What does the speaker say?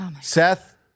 seth